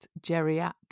geriatric